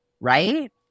right